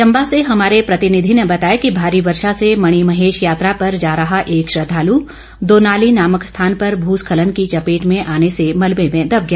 चंबा से हमारे प्रतिनिधि ने बताया कि भारी वर्षा से मणिमहेश यात्रा पर जा रहा एक श्रद्धालू दोनाली नामक स्थान पर भूस्खलन की चपेट में आने में मलबे में दब गया